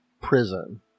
prison